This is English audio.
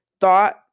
thought